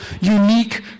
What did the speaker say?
unique